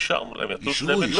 אישרנו להם את זה.